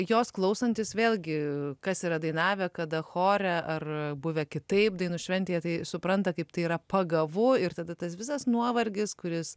jos klausantis vėlgi kas yra dainavę kada chore ar buvę kitaip dainų šventėje tai supranta kaip tai yra pagavu ir tada tas visas nuovargis kuris